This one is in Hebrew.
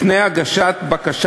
לפני הגשת בקשה